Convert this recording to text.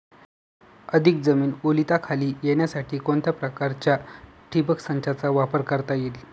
अधिक जमीन ओलिताखाली येण्यासाठी कोणत्या प्रकारच्या ठिबक संचाचा वापर करता येईल?